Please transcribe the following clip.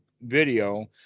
video